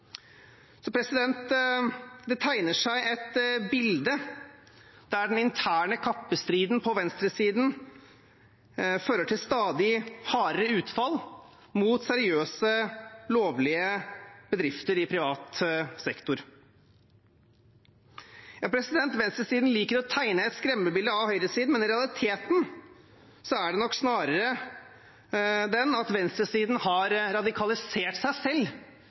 Så det tegner seg et bilde der den interne kappestriden på venstresiden fører til stadig hardere utfall mot seriøse, lovlige bedrifter i privat sektor. Venstresiden liker å tegne et skremmebilde av høyresiden, men realiteten er nok snarere den at venstresiden har radikalisert seg selv